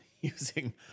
Using